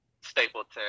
Stapleton